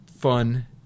fun